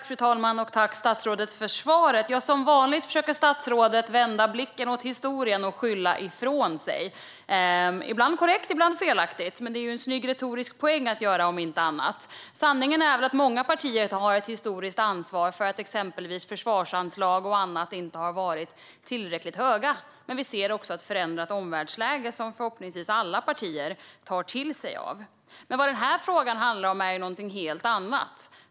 Fru talman! Jag tackar statsrådet för svaret. Som vanligt försöker statsrådet vända blicken mot historien och skylla ifrån sig - ibland korrekt, ibland felaktigt. Men det är en snygg retorisk poäng att göra, om inte annat. Sanningen är väl att många partier har ett historiskt ansvar för att exempelvis försvarsanslag eller annat inte har varit tillräckligt höga. Men vi ser också ett förändrat omvärldsläge, som förhoppningsvis alla partier tar till sig av. Den här frågan handlar om något helt annat.